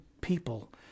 people